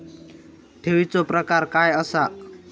ठेवीचो प्रकार काय असा?